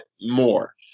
more